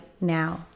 now